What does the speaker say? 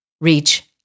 reach